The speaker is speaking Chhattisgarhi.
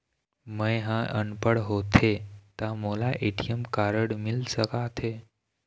मैं ह अनपढ़ होथे ता मोला ए.टी.एम कारड मिल सका थे?